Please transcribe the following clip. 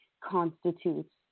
constitutes